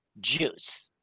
juice